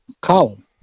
Column